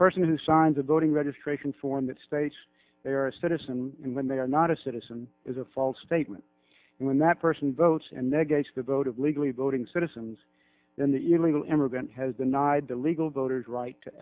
person who signs of voting registration form that states they are a citizen and when they are not a citizen is a false statement and when that person votes and they gauge the vote of legally voting citizens then the illegal immigrant has the nod the legal voters right to